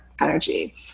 energy